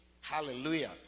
Hallelujah